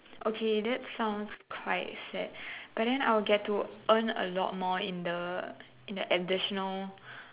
okay that's sounds quite sad but then I will get to earn a lot more in the in the additionally